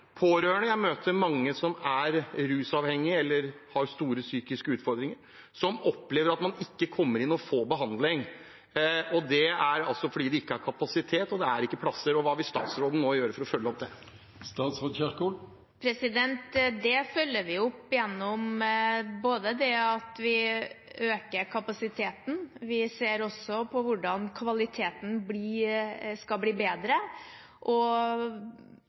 som er rusavhengige, eller som har store psykiske utfordringer, som opplever at man ikke kommer inn og får behandling. Det er altså fordi det ikke er kapasitet, og det er ikke plasser. Hva vil statsråden nå gjøre for å følge opp det? Det følger vi opp gjennom at vi øker kapasiteten. Vi ser også på hvordan kvaliteten skal bli bedre, og